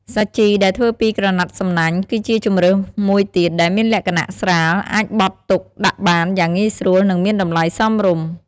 សាជីដែលធ្វើពីក្រណាត់សំណាញ់ គឺជាជម្រើសមួយទៀតដែលមានលក្ខណៈស្រាល អាចបត់ទុកដាក់បានយ៉ាងងាយស្រួល និងមានតម្លៃសមរម្យ។